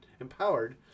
empowered